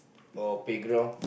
or playground